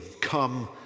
Come